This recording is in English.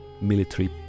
military